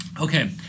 okay